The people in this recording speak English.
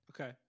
Okay